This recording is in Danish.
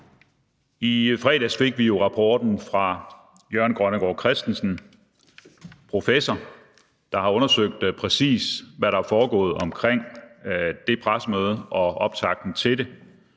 I fredags fik vi jo rapporten fra professor Jørgen Grønnegård Christensen, der har undersøgt, præcis hvad der er foregået omkring det pressemøde og optakten til det,